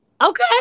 Okay